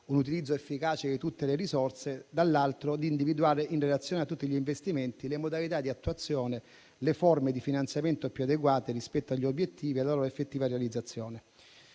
un utilizzo efficace di tutte le risorse e dall'altro, di individuare in relazione a tutti gli investimenti le modalità di attuazione, le forme di finanziamento più adeguate rispetto agli obiettivi e la loro effettiva realizzazione.